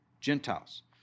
Gentiles